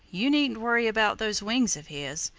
you needn't worry about those wings of his.